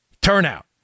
turnout